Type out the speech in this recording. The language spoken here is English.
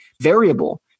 variable